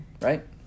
Right